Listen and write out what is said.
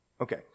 Okay